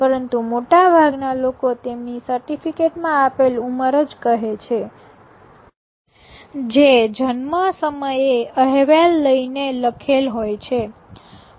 પરંતુ મોટાભાગના લોકો તેમની સર્ટિફિકેટ માં આપેલ ઉંમર જ કહે છે જે જન્મ સમયે અહેવાલ લઈને લખેલ હોય છે